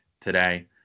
today